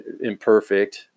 imperfect